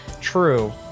True